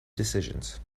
decisions